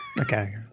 Okay